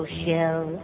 show